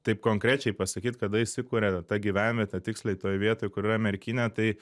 taip konkrečiai pasakyt kada įsikuria ta gyvenvietė tiksliai toj vietoj kur yra merkinė tai